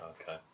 okay